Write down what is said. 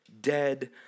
dead